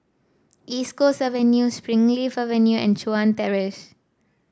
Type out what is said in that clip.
East Coast Avenue Springleaf Avenue and Chuan Terrace